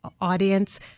audience